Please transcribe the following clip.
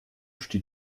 steht